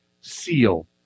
seal